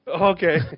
Okay